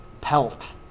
pelt